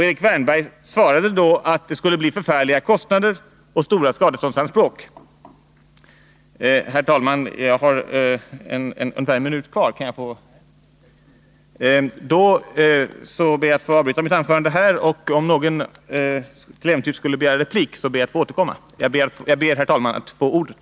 Erik Wärnberg svarade då att det skulle bli förfärliga kostnader och stora skadeståndsanspråk. Jag märker att min taletid nu är slut. Jag avbryter därför mitt anförande här. Om någon till äventyrs skulle begära ordet efter mig ber jag, herr talman, att få återkomma.